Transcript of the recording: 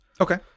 Okay